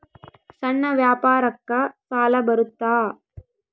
ಸಣ್ಣ ವ್ಯಾಪಾರಕ್ಕ ಸಾಲ ಬರುತ್ತಾ?